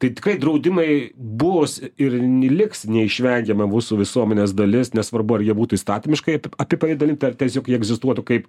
tai tikrai draudimai bus ir liks neišvengiama mūsų visuomenės dalis nesvarbu ar jie būtų įstatymiškai apipavidalinti ar tiesiog jie egzistuotų kaip